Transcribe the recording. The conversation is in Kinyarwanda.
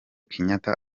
kenyatta